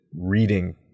reading